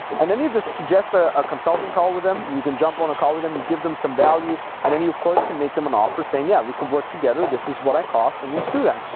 and then you just suggest ah a consulting call with them. you can jump on a call with them, you give them some value. and then you of course can make them an offer saying, yeah, we can work together. this is what i cost and let's do that.